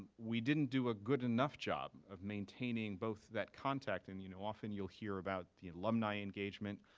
we didn't do a good enough job of maintaining both that contact. and you know often you'll hear about the alumni engagement.